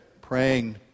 praying